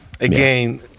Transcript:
Again